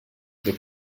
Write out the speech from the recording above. the